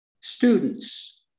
students